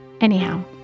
Anyhow